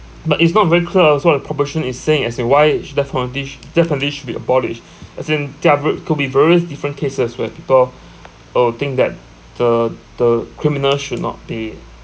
but it's not very clear also what the proposition is saying as in why sh death penalty sh death penalty should be abolished as in there could be various different cases where people uh think that the the criminal should not be